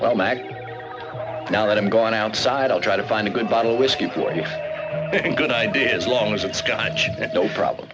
mag now that i'm going outside i'll try to find a good bottle of whiskey for you good idea as long as it's got no problem